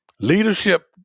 leadership